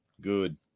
Good